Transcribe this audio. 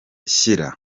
shyira